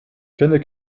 kenne